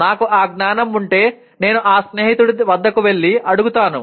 నాకు ఆ జ్ఞానం ఉంటే నేను ఆ స్నేహితుడి వద్దకు వెళ్లి అడుగుతాను